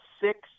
six